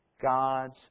God's